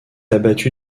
abattu